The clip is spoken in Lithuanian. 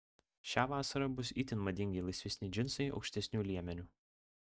šią vasarą bus itin madingi laisvesni džinsai aukštesniu liemeniu